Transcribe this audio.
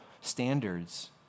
standards